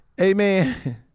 Amen